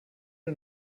den